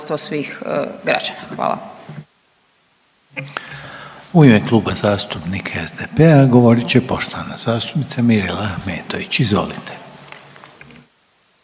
svih građana. Hvala.